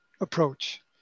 approach